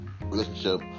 relationship